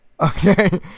Okay